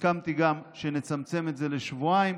הסכמתי גם שנצמצם את זה לשבועיים,